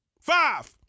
five